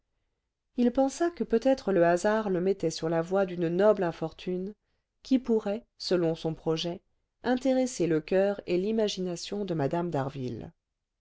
il pensa que peut-être le hasard le mettait sur la voie d'une noble infortune qui pourrait selon son projet intéresser le coeur et l'imagination de mme